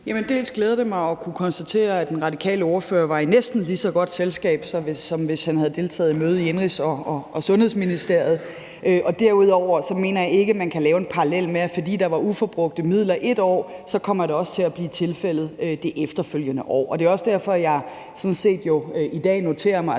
Det glæder mig at kunne konstatere, at den radikale ordfører var i næsten lige så godt selskab, som hvis han havde deltaget i mødet i Indenrigs- og Sundhedsministeriet. Derudover mener jeg ikke, at man kan lave en parallel til, at fordi der var uforbrugte midler et år, kommer det også til at blive tilfældet det efterfølgende år. Det er også derfor, at jeg sådan set i dag noterer mig,